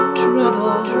trouble